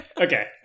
okay